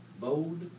Bold